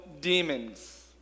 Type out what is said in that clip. demons